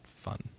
fun